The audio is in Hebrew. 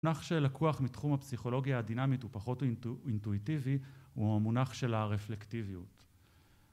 מונח שלקוח מתחום הפסיכולוגיה הדינמית ופחות אינטואיטיבי הוא המונח של הרפלקטיביות